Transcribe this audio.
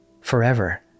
forever